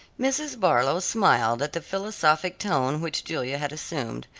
mrs. barlow smiled at the philosophic tone which julia had assumed,